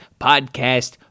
podcast